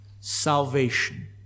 Salvation